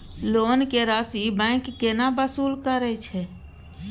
Loan के राशि bank केना वसूल करे छै?